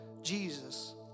Jesus